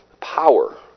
power